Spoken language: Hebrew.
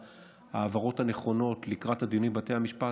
ההעברות הנכונות לקראת הדיונים בבתי המשפט,